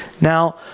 Now